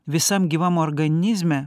visam gyvam organizme